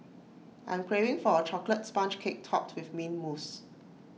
I am craving for A Chocolate Sponge Cake Topped with Mint Mousse